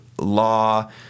law